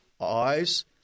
eyes